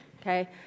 Okay